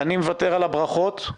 אני מוותר על הברכות.